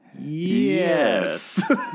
yes